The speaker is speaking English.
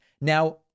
now